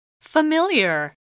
Familiar